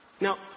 Now